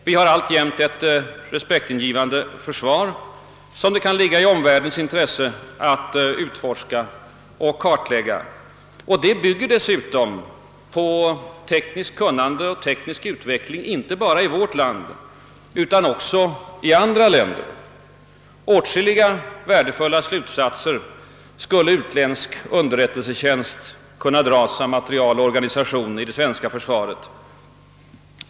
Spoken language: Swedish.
Vi har alltjämt ett respektingivande försvar som det kan ligga i omvärldens intresse att utforska och kartlägga och som dessutom bygger på tekniskt kunnande och teknisk utveckling inte bara i vårt land utan också i andra länder. Åtskilliga värdefulla slutsatser skulle av utländsk underrättelsetjänst kunna dras med utgångspunkt från organisation och materiel inom det svenska försvaret.